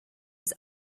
his